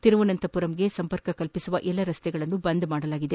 ತಿರುವನಂತಪುರಂಗೆ ಸಂಪರ್ಕ ಕಲ್ಪಿಸುವ ಎಲ್ಲಾ ರಸ್ತೆಗಳನ್ನು ಬಂದ್ ಮಾಡಲಾಗಿದೆ